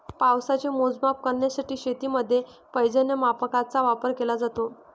पावसाचे मोजमाप करण्यासाठी शेतीमध्ये पर्जन्यमापकांचा वापर केला जातो